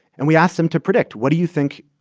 and we asked them to predict, what do you think